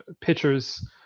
pitchers